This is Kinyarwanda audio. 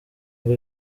ngo